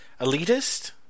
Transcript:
elitist